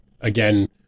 Again